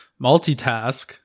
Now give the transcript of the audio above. multitask